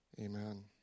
amen